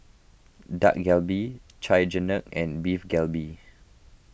Dak Galbi Chigenabe and Beef Galbi